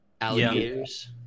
alligators